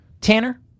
Tanner